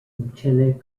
lieutenant